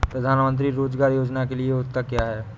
प्रधानमंत्री रोज़गार योजना के लिए योग्यता क्या है?